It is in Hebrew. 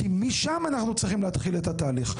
כי משם אנחנו צריכים להתחיל את התהליך,